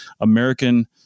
American